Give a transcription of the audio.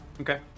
Okay